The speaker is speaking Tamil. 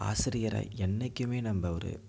ஆசிரியரை என்றைக்குமே நம்ம ஒரு